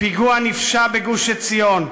פיגוע נפשע בגוש-עציון,